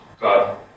God